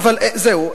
זהו,